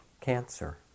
cancer